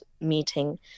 meeting